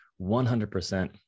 100%